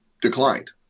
declined